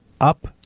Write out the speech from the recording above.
up